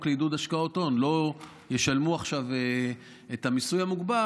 לעידוד השקעות הון לא ישלמו עכשיו את המיסוי המוגבר,